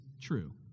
true